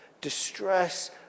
Distress